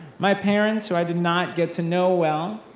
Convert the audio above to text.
my parents, who i did not get to know well,